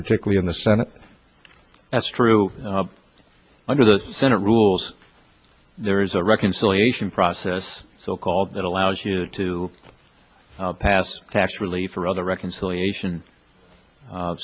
particularly in the senate that's true under the senate rules there is a reconciliation process so called that allows you to pass tax relief or other reconciliation